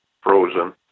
frozen